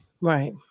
Right